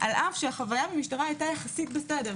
על אף שהחוויה במשטרה היתה יחסית בסדר,